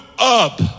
up